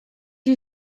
you